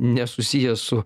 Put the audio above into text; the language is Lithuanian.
nesusijęs su